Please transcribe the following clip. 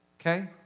Okay